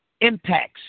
impacts